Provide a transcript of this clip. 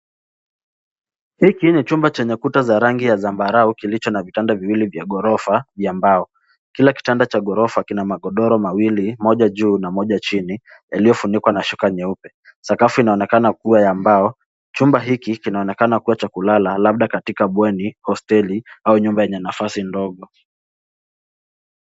Hiki ni chumba chenye kuta za rangi ya zambarau kilicho na vitanda viwili vya ghorofa vya mbao. Kila kitanda cha ghorofa kina magodoro mawili, moja juu na moja chini, yaliyofunikwa na shuka nyeupe. Sakafu inaonekana kuwa ya mbao. Chumba hiki kinaonekana kuwa cha kulala labda katika bweni, hosteli au nyumba yenye nafasi ndogo.